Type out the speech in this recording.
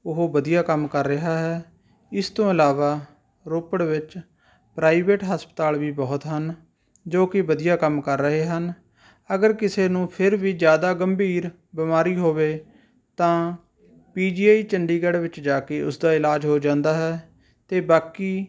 ਉਹ ਵਧੀਆ ਕੰਮ ਕਰ ਰਿਹਾ ਹੈ ਇਸ ਤੋਂ ਇਲਾਵਾ ਰੋਪੜ ਵਿੱਚ ਪ੍ਰਾਈਵੇਟ ਹਸਪਤਾਲ ਵੀ ਬਹੁਤ ਹਨ ਜੋ ਕਿ ਵਧੀਆ ਕੰਮ ਕਰ ਰਹੇ ਹਨ ਅਗਰ ਕਿਸੇ ਨੂੰ ਫਿਰ ਵੀ ਜ਼ਿਆਦਾ ਗੰਭੀਰ ਬਿਮਾਰੀ ਹੋਵੇ ਤਾਂ ਪੀ ਜੀ ਆਈ ਚੰਡੀਗੜ੍ਹ ਵਿੱਚ ਜਾ ਕੇ ਉਸਦਾ ਇਲਾਜ ਹੋ ਜਾਂਦਾ ਹੈ ਅਤੇ ਬਾਕੀ